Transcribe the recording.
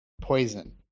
poison